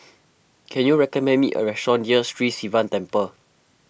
can you recommend me a restaurant near Sri Sivan Temple